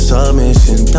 Submission